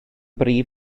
brif